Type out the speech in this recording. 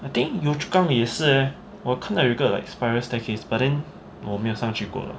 I think yio chu kang 也是 eh 我看到一个 like spiral staircase but then 我没有上去过